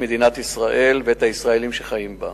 מדינת ישראל ואת הישראלים שחיים בה.